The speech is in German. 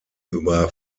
über